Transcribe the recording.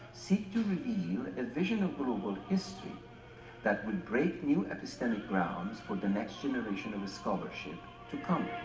seek to reveal a vision of global history that will break new epistemic grounds for the next generation of a scholarship to come.